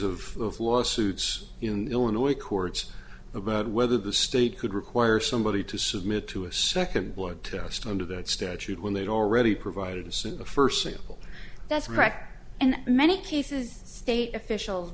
of lawsuits illinois courts about whether the state could require somebody to submit to a second blood test under that statute when they'd already provided some of the first nickel that's record and many cases state officials